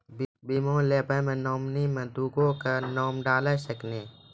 बीमा लेवे मे नॉमिनी मे दुगो नाम डाल सकनी?